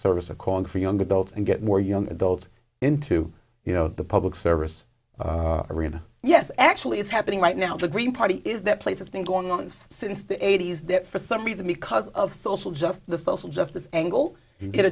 service a calling for young adults and get more young adults into you know the public service arena yes actually it's happening right now the green party is that place that's been going on since the eighty's that for some reason because of social just the social justice angle